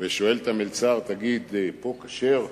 ושואל את המלצר: תגיד, פה כשר?